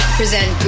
present